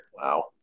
Wow